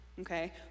okay